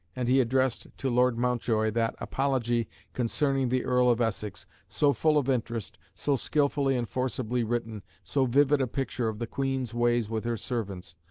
and he addressed to lord mountjoy that apology concerning the earl of essex, so full of interest, so skilfully and forcibly written, so vivid a picture of the queen's ways with her servants,